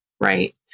right